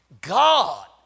God